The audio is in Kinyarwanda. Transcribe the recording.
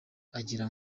agira